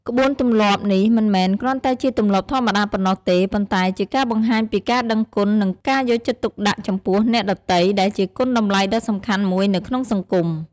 ក្បួនទម្លាប់នេះមិនមែនគ្រាន់តែជាទម្លាប់ធម្មតាប៉ុណ្ណោះទេ ប៉ុន្តែជាការបង្ហាញពីការដឹងគុណ និងការយកចិត្តទុកដាក់ចំពោះអ្នកដទៃ ដែលជាគុណតម្លៃដ៏សំខាន់មួយនៅក្នុងសង្គម។